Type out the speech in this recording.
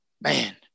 man